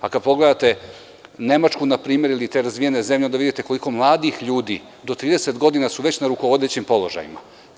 Kada pogledate Nemačku npr. ili te razvijene zemlje, onda vidite koliko je mladih ljudi do 30 godina već na rukovodećim položajima.